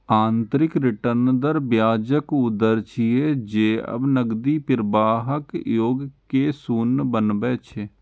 आंतरिक रिटर्न दर ब्याजक ऊ दर छियै, जे सब नकदी प्रवाहक योग कें शून्य बनबै छै